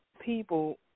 people